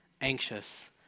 anxious